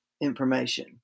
information